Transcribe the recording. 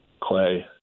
Clay